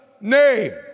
name